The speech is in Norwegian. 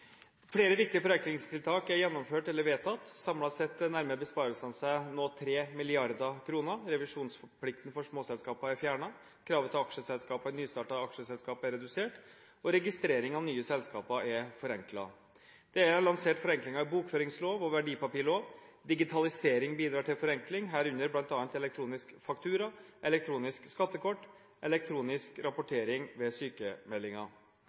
Flere viktige forenklingstiltak er gjennomført eller vedtatt. Samlet sett nærmer besparelsene seg nå 3 mrd. kr. Revisjonsplikten for små selskaper er fjernet, kravet til aksjeselskaper i nystartede aksjeselskap er redusert, og registrering av nye selskaper er forenklet. Regjeringen har lansert forenklinger i bokføringslov og verdipapirlov. Digitalisering bidrar til forenkling, herunder bl.a. elektronisk faktura, elektronisk skattekort og elektronisk rapportering ved